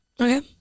Okay